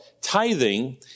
tithing